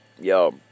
yo